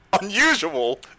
Unusual